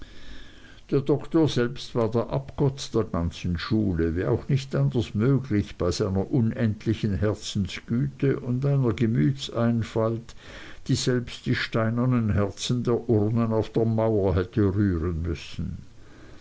der doktor selbst war der abgott der ganzen schule wie auch nicht anders möglich bei seiner unendlichen herzensgüte und einer gemütseinfalt die selbst die steinernen herzen der urnen auf der mauer hätte rühren müssen